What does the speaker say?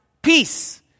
Peace